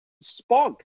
spunk